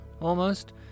almost